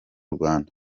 rwanda